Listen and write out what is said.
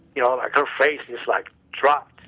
you know, like her face just like dropped.